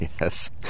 Yes